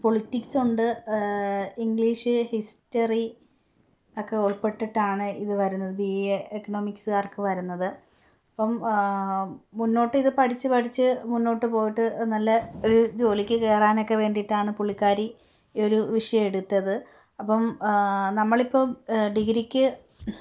politics ഉണ്ട് English history ഒക്കെ ഉൾപ്പെട്ടിട്ടാണ് ഇതു വരുന്നത് ബി എ എക്കണോമിക്സുകാർക്ക് വരുന്നത് അപ്പം മുന്നോട്ട് ഇതു പഠിച്ച് പഠിച്ച് മുന്നോട്ടു പോയിട്ട് നല്ല ഒരു ജോലിക്ക് കയറാനൊക്കെ വേണ്ടിയിട്ടാണ് പുള്ളിക്കാരി ഈ ഒരു വിഷയം എടുത്തത് അപ്പം നമ്മളിപ്പം ഡിഗ്രിക്ക്